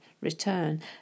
return